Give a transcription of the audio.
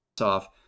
off